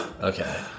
Okay